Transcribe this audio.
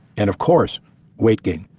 and of course weight gain.